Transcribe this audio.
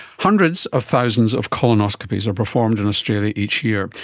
hundreds of thousands of colonoscopies are performed in australia each year,